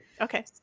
Okay